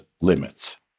limits